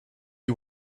you